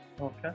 okay